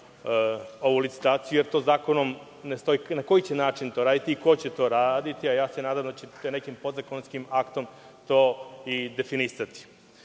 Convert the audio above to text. ovu licitaciju, jer u zakonu ne stoji na koji će način to raditi i ko će to raditi, a ja se nadam da ćete nekim podzakonskim aktom to i definisati. Druga